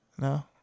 No